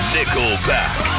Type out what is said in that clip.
Nickelback